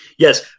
Yes